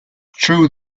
true